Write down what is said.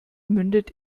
mündet